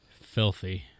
Filthy